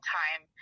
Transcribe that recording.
time